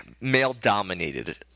Male-dominated